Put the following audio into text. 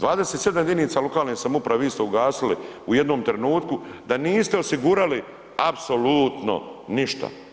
27 jedinica lokalne samouprave isto ugasili u jednom trenutku da niste osigurali apsolutno ništa.